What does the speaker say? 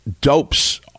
dopes